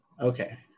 Okay